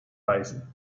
beißen